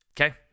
okay